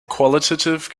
qualitative